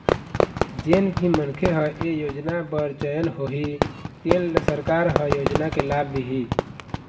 जेन भी मनखे ह ए योजना बर चयन होही तेन ल सरकार ह योजना के लाभ दिहि